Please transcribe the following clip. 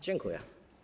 Dziękuję.